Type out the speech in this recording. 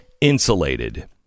insulated